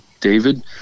david